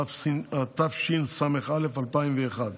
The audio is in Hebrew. התשס"א 2001,